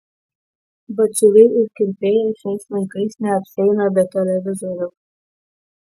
batsiuviai ir kirpėjai šiais laikais neapsieina be televizoriaus